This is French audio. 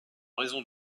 raison